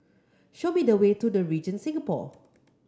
show me the way to The Regent Singapore